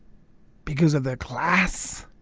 because of their class?